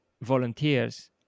volunteers